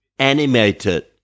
animated